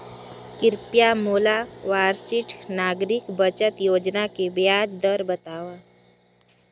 कृपया मोला वरिष्ठ नागरिक बचत योजना के ब्याज दर बतावव